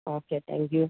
okay thank you